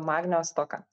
magnio stoka